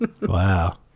Wow